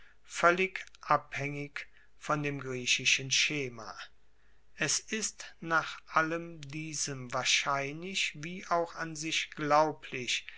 voellig abhaengig von dem griechischen schema es ist nach allem diesem wahrscheinlich wie auch an sich glaublich